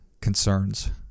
concerns